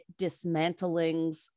dismantlings